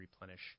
replenish